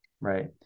Right